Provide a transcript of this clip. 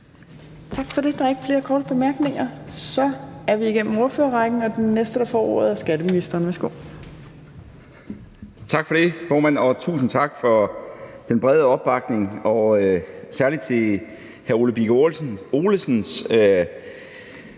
Tak for det. Der er ikke flere korte bemærkninger. Så er vi igennem ordførerrækken, og den næste, der får ordet, er skatteministeren. Værsgo. Kl. 18:02 Skatteministeren (Morten Bødskov): Tak for det, formand. Og tusind tak for den brede opbakning. Særlig i forhold til hr. Ole Birk Olesens